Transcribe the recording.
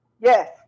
Yes